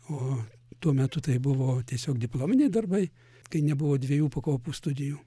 o tuo metu tai buvo tiesiog diplominiai darbai kai nebuvo dviejų pakopų studijų